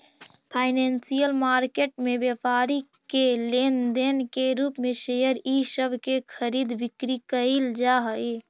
financial market में व्यापारी के लेन देन के रूप में शेयर इ सब के खरीद बिक्री कैइल जा हई